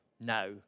now